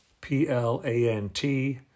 P-L-A-N-T